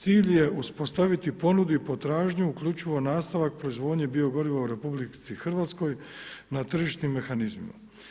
Cilj je uspostaviti ponudu i potražnju uključivo u nastavak proizvodnje bio goriva u RH na tržišnim mehanizmima.